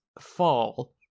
fall